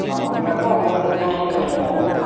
खामानियाथ' आंनाव गोबां दङ